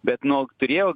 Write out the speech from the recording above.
bet nu turėjo